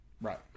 Right